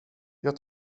jag